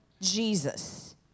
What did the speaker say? Jesus